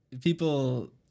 people